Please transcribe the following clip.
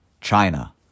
China